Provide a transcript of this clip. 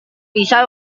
pisau